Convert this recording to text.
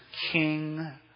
king